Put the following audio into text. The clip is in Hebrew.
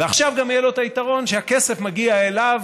ועכשיו גם יהיה לו גם היתרון שהכסף מגיע אליו